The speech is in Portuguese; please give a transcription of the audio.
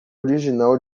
original